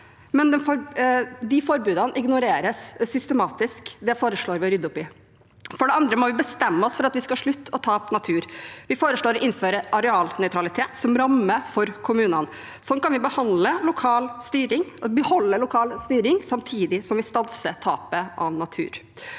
men disse forbudene ignoreres systematisk. Det foreslår vi å rydde opp i. For det andre må vi bestemme oss for at vi skal slutte med tap av natur. Vi foreslår å innføre arealnøytralitet som ramme for kommunene, og sånn kan vi beholde lokal styring samtidig som vi stanser tapet av natur.